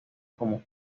como